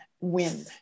win